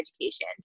education